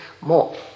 more